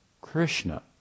Krishna